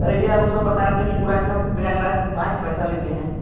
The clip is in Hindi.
अरे भैया वो सब बता रहे थे की पूरा एकदम प्रयागराज घुमाके पैसा लेते हें